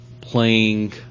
playing